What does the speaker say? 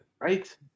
Right